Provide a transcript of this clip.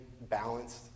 balanced